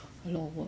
a lot of work